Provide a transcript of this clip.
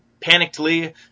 panickedly